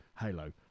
Halo